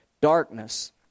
darkness